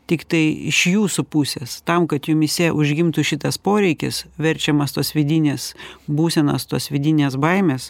tiktai iš jūsų pusės tam kad jumyse užgimtų šitas poreikis verčiamas tos vidinės būsenos tos vidinės baimės